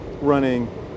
running